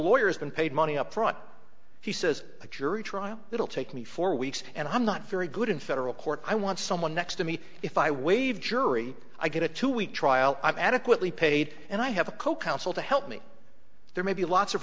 lawyer is going paid money up front he says a jury trial it'll take me four weeks and i'm not very good in federal court i want someone next to me if i waive jury i get a two week trial i've adequately paid and i have a co counsel to help me there may be lots of